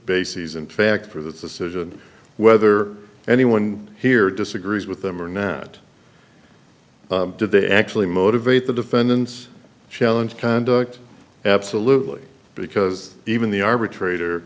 bases in fact for the situation whether anyone here disagrees with them or nat did they actually motivate the defendants challenge conduct absolutely because even the arbitrator